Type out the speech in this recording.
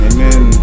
Amen